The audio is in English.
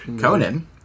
Conan